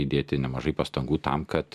įdėti nemažai pastangų tam kad